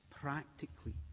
Practically